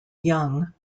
young